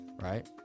right